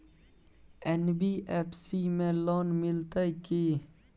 NBFC में loan मिलते की?